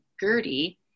Gertie